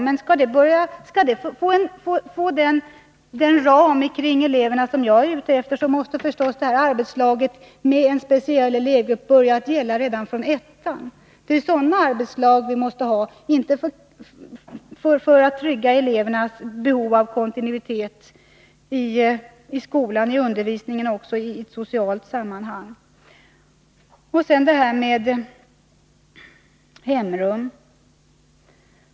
Men skall det bli den ram kring elevernas arbete som jag är ute efter, så måste systemet med att arbeta i en speciell elevgrupp börja gälla från årskurs 1. Det är nödvändigt för att vi skall kunna trygga elevernas behov av kontinuitet i skolans undervisning och också i de sociala sammanhangen. Bengt Göransson nämnde också hemrum.